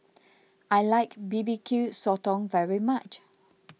I like B B Q Sotong very much